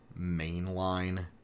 mainline